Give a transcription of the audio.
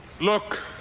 Look